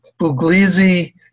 Buglisi